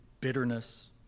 bitterness